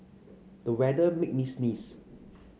the weather made me sneeze